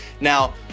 Now